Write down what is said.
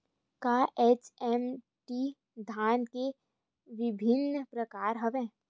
का एच.एम.टी धान के विभिन्र प्रकार हवय?